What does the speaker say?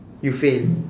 you fail